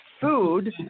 food